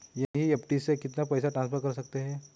NEFT से कितना पैसा ट्रांसफर कर सकते हैं?